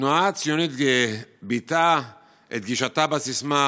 התנועה הציונית ביטאה את גישתה בסיסמה: